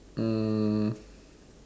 um